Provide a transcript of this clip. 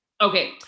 Okay